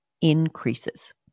increases